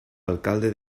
alcalde